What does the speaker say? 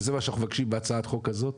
זה מה שאנחנו מבקשים בהצעת החוק הזאת,